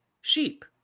sheep